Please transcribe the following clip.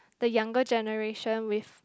the younger generation with